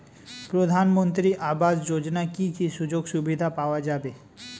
প্রধানমন্ত্রী আবাস যোজনা কি কি সুযোগ সুবিধা পাওয়া যাবে?